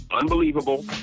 unbelievable